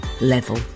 level